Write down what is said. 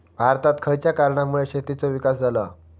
भारतात खयच्या कारणांमुळे शेतीचो विकास झालो हा?